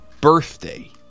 birthday